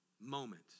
moment